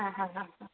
ആ ഹാ ഹാ ഹാ